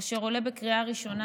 אשר עולה בקריאה ראשונה,